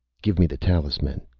give me the talisman,